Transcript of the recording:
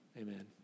Amen